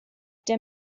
der